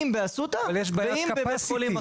אם באסותא ואם בבית חולים אחר.